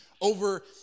over